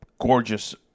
gorgeous